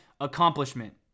accomplishment